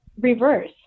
reverse